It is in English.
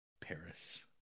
Paris